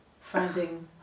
Finding